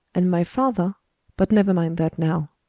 and my father but never mind that now,